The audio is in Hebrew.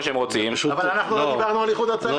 אבל אנחנו לא דיברנו על איחוד הצלה.